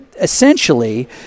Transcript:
essentially